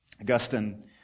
Augustine